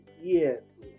Yes